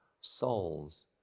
souls